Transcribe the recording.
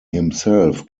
himself